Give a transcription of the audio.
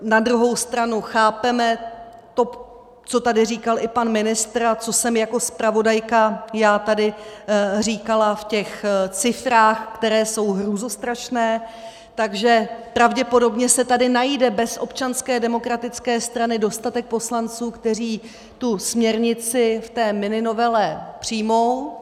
Na druhou stranu chápeme to, co tady říkal i pan ministr a co jsem jako zpravodajka já tady říkala v těch cifrách, které jsou hrůzostrašné, takže pravděpodobně se tady najde bez Občanské demokratické strany dostatek poslanců, kteří tu směrnici v té mininovele přijmou.